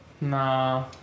Nah